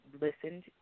Listened